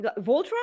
Voltron